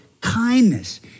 kindness